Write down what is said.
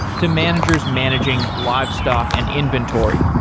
to managers managing livestock and inventory.